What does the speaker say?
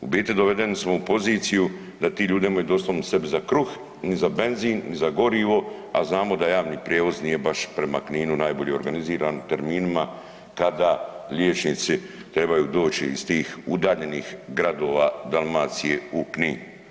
U biti, dovedeni smo u poziciju da ti ljudi nemaju doslovno sebi za kruh ni za benzin ni za gorivo, a znamo da javni prijevoz nije baš prema Kninu najbolje organiziran, terminima kada liječnici trebaju doći iz tih udaljenih gradova Dalmacije u Knin.